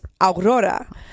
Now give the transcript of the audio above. Aurora